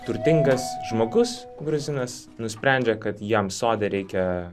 turtingas žmogus gruzinas nusprendžia kad jam sode reikia